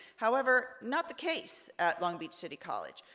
however, not the case at long beach city college.